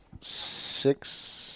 six